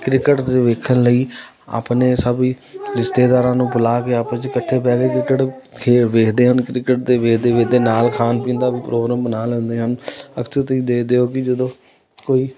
cricket ਦੇਖਣ ਲਈ ਆਪਣੇ ਸਭ ਰਿਸ਼ਤੇਦਾਰਾਂ ਨੂੰ ਬੁਲਾ ਕੇ ਆਪ 'ਚ ਇਕੱਠੇ ਬਹਿ ਕੇ ਕ੍ਰਿਕਟ ਖੇ ਦੇਖਦੇ ਹਨ ਕ੍ਰਿਕਟ ਦੇ ਦੇਖਦੇ ਦੇਖਦੇ ਨਾਲ ਖਾਣ ਪੀਣ ਦਾ ਵੀ ਪ੍ਰੋਗਰਾਮ ਬਣਾ ਲੈਂਦੇ ਹਨ ਅਕਸਰ ਤੁਸੀਂ ਦੇਖਦੇ ਹੋ ਕਿ ਜਦੋਂ ਕੋਈ